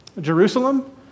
Jerusalem